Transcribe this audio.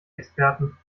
experten